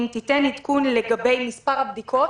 אם תיתן עדכון לגבי מספר הבדיקות.